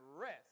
rest